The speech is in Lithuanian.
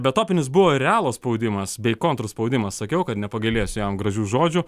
bet topinis buvo ir realo spaudimas bei kontrspaudimas sakiau kad nepagailėsiu jam gražių žodžių